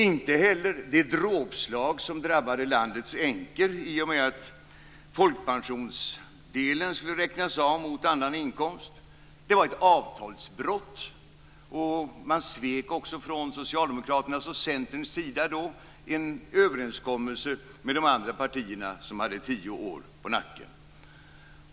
Det dråpslag som drabbade landets änkor i och med att folkpensionsdelen skulle räknas av mot annan inkomst var ett avtalsbrott. Socialdemokraterna och Centern svek också en överenskommelse med de andra partierna som hade tio år på nacken.